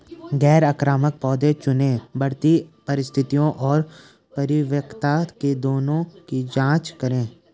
गैर आक्रामक पौधे चुनें, बढ़ती परिस्थितियों और परिपक्वता के दिनों की जाँच करें